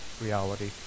reality